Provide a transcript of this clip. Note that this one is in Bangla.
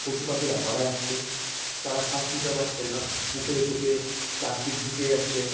পশু পাখিরা মারা যাচ্ছে তারা শ্বাস নিতে পারছে না মুখে চোখে প্লাস্টিক ঢুকে যাচ্ছে